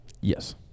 Yes